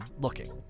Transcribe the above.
looking